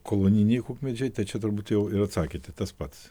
kolonijiniai kukmedžiai tai čia turbūt jau ir atsakėte tas pats